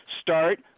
start